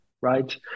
right